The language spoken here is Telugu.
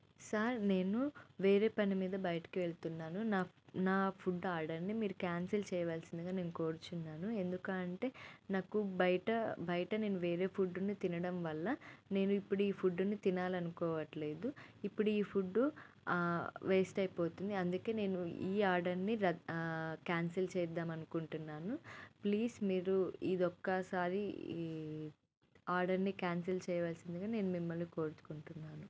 సార్ నేను వేరే పని మీద బయటకు వెళుతున్నాను నా నా ఫుడ్ ఆర్డర్ని మీరు క్యాన్సిల్ చేయవలసిందిగా నేను కోరుచున్నాను ఎందుకూ అంటే నాకు బయట బయట నేను వేరే ఫుడ్డుని తినడం వల్ల నేను ఇప్పుడు ఈ ఫుడ్డుని తినాలని అనుకోవట్లేదు ఇప్పుడు ఈ ఫుడ్డు వేస్ట్ అయిపోతుంది అందుకే నేను ఈ ఆర్డర్ని రద్దు క్యాన్సిల్ చేద్దామని అనుకుంటున్నాను ప్లీస్ మీరు ఇది ఒక్కసారి ఈ ఆర్దర్ని క్యాన్సిల్ చేయవలసిందిగా నేను మిమ్మల్ని కోరుకుంటున్నాను